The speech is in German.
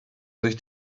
sich